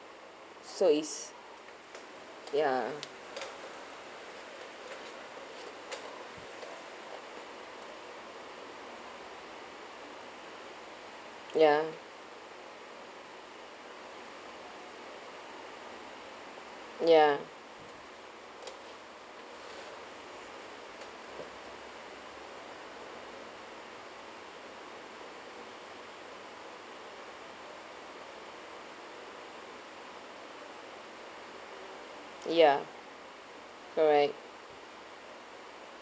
so is ya ya ya ya correct